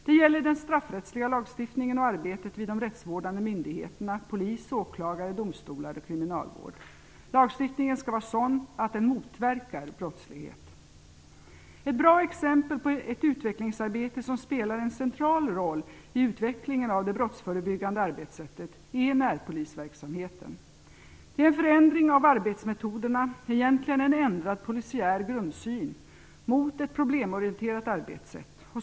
Det gäller den straffrättsliga lagstiftningen och arbetet vid de rättsvårdande myndigheterna polis, åklagare, domstolar och kriminalvård. Lagstiftningen skall vara sådan att den motverkar brottslighet. Ett bra exempel på ett utvecklingsarbete som spelar en central roll i utvecklingen av det brottsförebyggande arbetssättet är närpolisverksamheten. Det är en förändring av arbetsmetoderna - egentligen en ändrad polisiär grundsyn - mot ett problemorienterat arbetssätt.